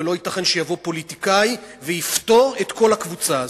ולא ייתכן שיבוא פוליטיקאי ויפטור את כל הקבוצה הזאת.